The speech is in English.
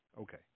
okay